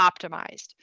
optimized